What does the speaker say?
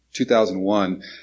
2001